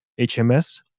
HMS